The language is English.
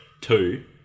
Two